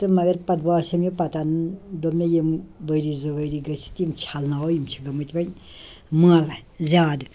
تہٕ مگر پتہٕ باسیو مےٚ پتہٕ اَنن دوٚپ مےٚ یِم ؤری زٕ ؤری گٔژھِتھ یِم چھَلناوو یِم چھِ گٔمٕتۍ وۄنۍ مٲلہٕ زیادٕ